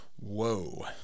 whoa